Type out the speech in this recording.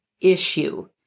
issue